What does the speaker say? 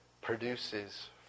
produces